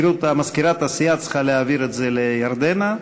מזכירת הסיעה צריכה להעביר את זה לירדנה,